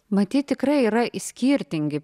matyt tikrai yra skirtingi